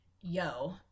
Yo